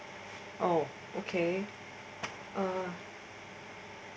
oh okay uh